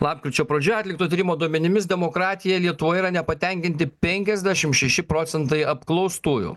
lapkričio pradžioje atlikto tyrimo duomenimis demokratija lietuvoje yra nepatenkinti penkiasdešim šeši procentai apklaustųjų